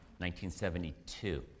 1972